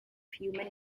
human